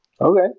Okay